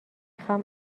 خوام